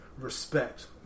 respect